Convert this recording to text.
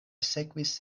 sekvis